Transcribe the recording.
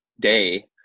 day